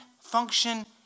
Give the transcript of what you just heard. function